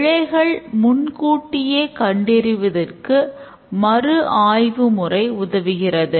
பிழைகளை முன்கூட்டியே கண்டறிவதற்கு மறுஆய்வு முறை உதவுகிறது